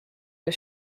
was